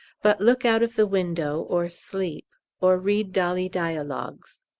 but look out of the window or sleep or read dolly dialogues.